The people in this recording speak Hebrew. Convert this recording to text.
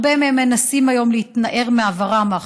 הרבה מהם מנסים היום להתנער מעברם,